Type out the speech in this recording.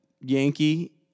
Yankee